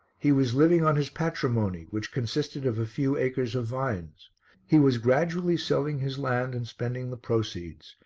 he was living on his patrimony which consisted of a few acres of vines he was gradually selling his land and spending the proceeds,